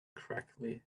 correctly